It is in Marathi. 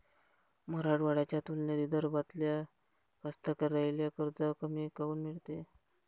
मराठवाड्याच्या तुलनेत विदर्भातल्या कास्तकाराइले कर्ज कमी काऊन मिळते?